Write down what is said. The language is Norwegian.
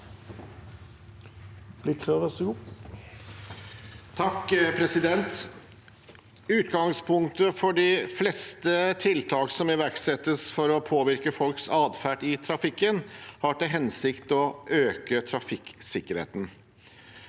(A) Utgangspunktet for de fleste tiltak som iverksettes for å påvirke folks adferd i trafikken, er at de har til hensikt å øke trafikksikkerheten.